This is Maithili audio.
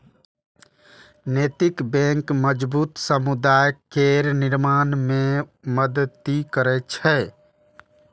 नैतिक बैंक मजबूत समुदाय केर निर्माण मे मदति करै छै